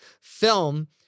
film